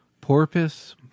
porpoise